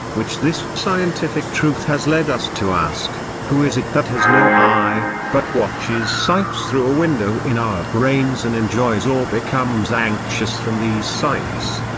which this scientific truth has led us to ask who is it that has no eye, but watches sights through a window in our brains and enjoys or becomes anxious from these sights?